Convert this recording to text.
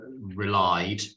relied